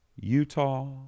Utah